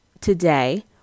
today